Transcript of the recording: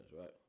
right